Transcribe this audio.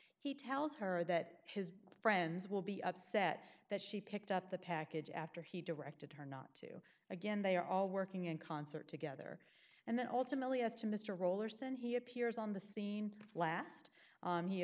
he tells her that his friends will be upset that she picked up the package after he directed her not to again they are all working in concert together and then ultimately as to mr rollers and he appears on the scene last